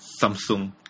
Samsung